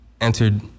entered